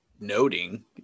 noting